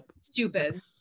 stupid